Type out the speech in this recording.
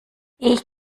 ich